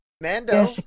Mando